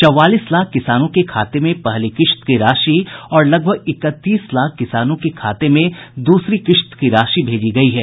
चौवालीस लाख किसानों के खाते में पहली किश्त की राशि और लगभग इकतीस लाख किसानों के खाते में दूसरी किश्त की राशि भेजी गयी है